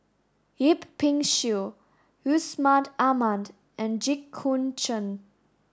Yip Pin Xiu Yusman Aman and Jit Koon Ch'ng